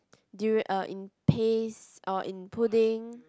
durian uh in paste or in pudding